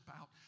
out